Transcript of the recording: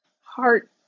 heart